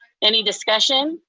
any discussion?